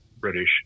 British